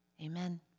Amen